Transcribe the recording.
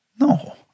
No